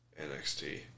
NXT